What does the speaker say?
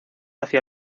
hacia